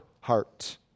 heart